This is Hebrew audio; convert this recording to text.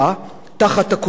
תחת הכותרת,